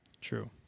True